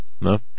No